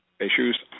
issues